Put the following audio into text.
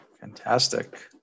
Fantastic